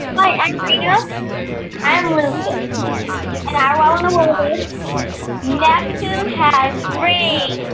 hi, i'm rena i'm lucas and our wow in the world is neptune has rings.